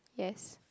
yes